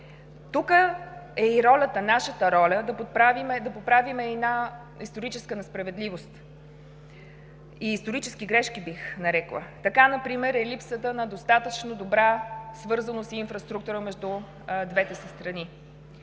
Тук е и нашата роля да поправим една историческа несправедливост – исторически грешки бих ги нарекла, така например липсата на достатъчно добра свързаност и инфраструктура между двете страни.